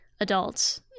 adults